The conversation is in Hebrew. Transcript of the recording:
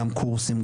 גם קורסים,